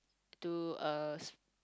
to uh